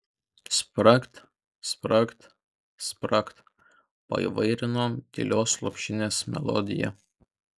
spragt spragt spragt paįvairino tylios lopšinės melodiją